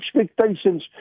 expectations